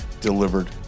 delivered